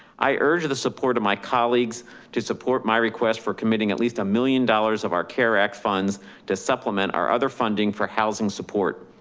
i urge the support of my colleagues to support my request for committing at least a million dollars of our care act funds to supplement our other funding for housing support.